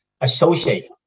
associate